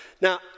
Now